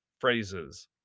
phrases